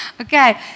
Okay